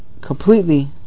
completely